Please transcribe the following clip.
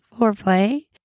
foreplay